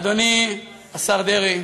אדוני השר דרעי,